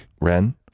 Ren